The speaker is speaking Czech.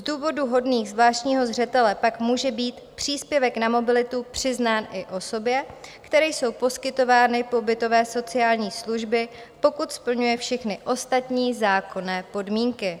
Z důvodů hodných zvláštního zřetele pak může být příspěvek na mobilitu přiznán i osobě, které jsou poskytovány pobytové sociální služby, pokud splňuje všechny ostatní zákonné podmínky.